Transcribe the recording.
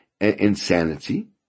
insanity